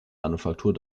manufaktur